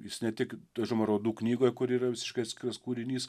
jis ne tik užima raudų knygoje kur yra visiškai atskiras kūrinys